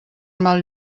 mal